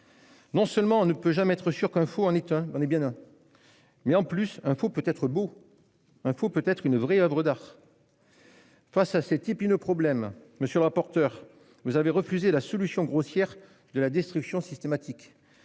Non seulement on ne peut jamais être sûrs qu'un faux en est bien un, mais, de plus, un faux peut être beau, un faux peut être une vraie oeuvre d'art. Face à cet épineux problème, monsieur le rapporteur, vous avez refusé la solution grossière de la destruction systématique.